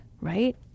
right